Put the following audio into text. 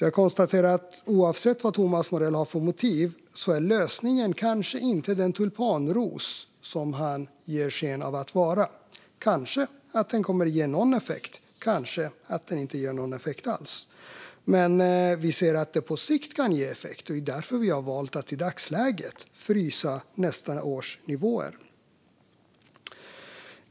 Jag konstaterar att oavsett vad Thomas Morell har för motiv är lösningen kanske inte den tulipanaros som han ger den sken av att vara. Kanske kan den ge någon effekt, kanske ger den inte någon effekt alls. Men vi ser att det på sikt kan ge effekt, och det är därför vi har valt att i dagsläget frysa nästa års nivåer.